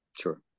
sure